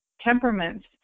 temperaments